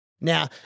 Now